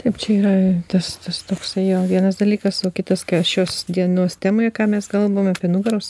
taip čia yra tas tas toksai jo vienas dalykas o kitas šios dienos temai ką mes kalbame apie nugaros